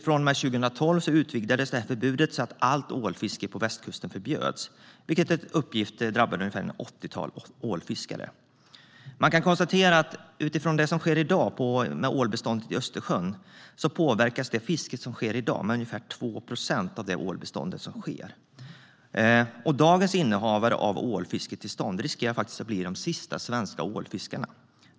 Från och med 2012 utvidgades förbudet så att allt ålfiske på västkusten förbjöds, vilket enligt uppgift drabbade ett åttiotal ålfiskare. Utifrån dagens ålbestånd i Östersjön påverkas beståndet av det fiske som sker i dag med ungefär 2 procent. Dagens innehavare av ålfisketillstånd riskerar att bli de sista svenska ålfiskarna.